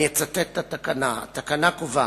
אני אצטט את התקנה, התקנה קובעת: